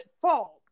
fault